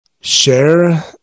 share